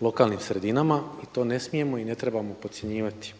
lokalnim sredinama i to ne smijemo i ne trebamo podcjenjivati.